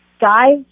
guys